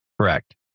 Correct